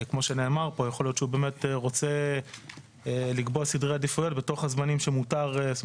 יכול להיות שהוא באמת לקבוע סדרי עדיפויות בתוך הזמנים שנקבעו